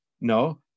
No